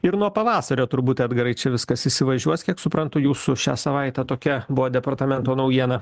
ir nuo pavasario turbūt edgarai čia viskas įsivažiuos kiek suprantu jūsų šią savaitę tokia buvo departamento naujiena